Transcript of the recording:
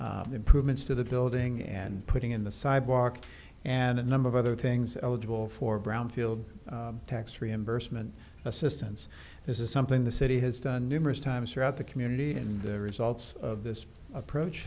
on improvements to the building and putting in the sidewalk and a number of other things eligible for brownfield tax reimbursement assistance this is something the city has done numerous times throughout the community and the results of this approach